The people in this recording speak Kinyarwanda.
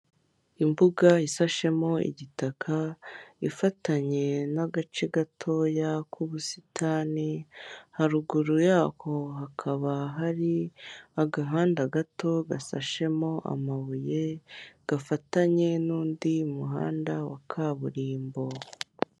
Imbuga isashemo igitaka, ifatanye n'agace gatoya k'ubusitani, haruguru yako hakaba hari agahanda gato gasashemo amabuye, gafatanye n'undi muhanda wa kaburimbo.